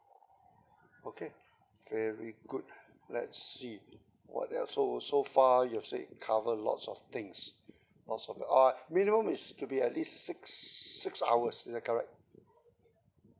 okay very good let's see what else so so far you've said cover lots of things lots of uh minimum is to be at least six six hours is that correct